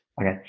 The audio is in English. Okay